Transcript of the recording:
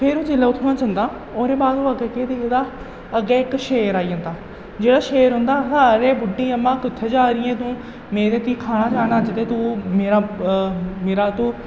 फिर ओह् जिसलै ओह् उत्थुआं जंदा ओह्दे बाद ओह् अग्गें केह् दिखदा अग्गें इक शेर आई जंदा जेह्ड़ा शेर होंदा आखदा बुड्डी अम्मा कुत्थै जा नी तूं में ते तुगी खाना चाह्न्नां अज्ज ते तूं मेरा मेरा तूं